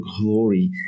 glory